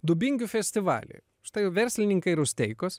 dubingių festivalį štai verslininkai rusteikos